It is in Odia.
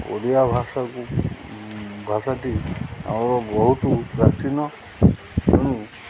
ଓଡ଼ିଆ ଭାଷାକୁ ଭାଷାଟି ଆମର ବହୁତ ପ୍ରାଚୀନ ତେଣୁ